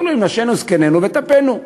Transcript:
אומר לו: עם נשינו, זקנינו וטפנו.